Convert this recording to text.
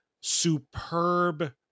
superb